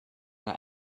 that